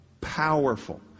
Powerful